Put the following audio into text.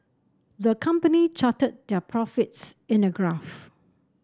the company charted their profits in a graph